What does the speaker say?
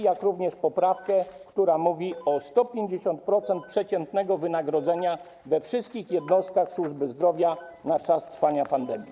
Składamy również poprawkę, która mówi o 150% przeciętnego wynagrodzenia we wszystkich jednostkach służby zdrowia na czas trwania pandemii.